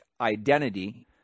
identity